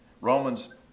Romans